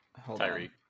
Tyreek